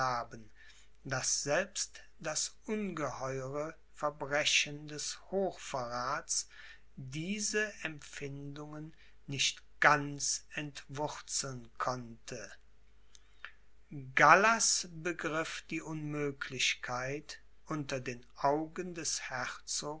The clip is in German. daß selbst das ungeheure verbrechen des hochverrats diese empfindungen nicht ganz entwurzeln konnte gallas begriff die unmöglichkeit unter den augen des